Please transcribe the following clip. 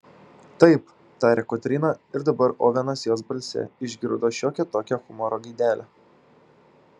taip tarė kotryna ir dabar ovenas jos balse išgirdo šiokią tokią humoro gaidelę